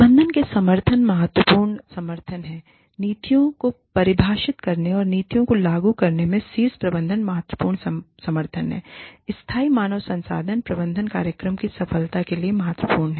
प्रबंधन से समर्थन महत्वपूर्ण समर्थन है नीतियों को परिभाषित करने और नीतियों को लागू करने में शीर्ष प्रबंधन महत्वपूर्ण समर्थन है स्थायी मानव संसाधन प्रबंधन कार्यक्रम की सफलता के लिए महत्वपूर्ण है